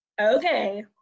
Okay